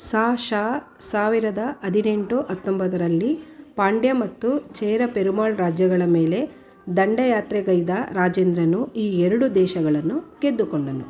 ಸಾ ಶ ಸಾವಿರದ ಹದಿನೆಂಟು ಹತ್ತೊಂಬತ್ತರಲ್ಲಿ ಪಾಂಡ್ಯ ಮತ್ತು ಚೇರ ಪೆರುಮಾಳ್ ರಾಜ್ಯಗಳ ಮೇಲೆ ದಂಡಯಾತ್ರೆಗೈದ ರಾಜೇಂದ್ರನು ಈ ಎರಡು ದೇಶಗಳನ್ನು ಗೆದ್ದುಕೊಂಡನು